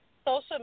social